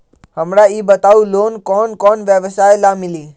हमरा ई बताऊ लोन कौन कौन व्यवसाय ला मिली?